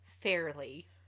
fairly